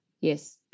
Yes